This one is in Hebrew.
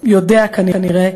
יודע כנראה,